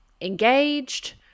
engaged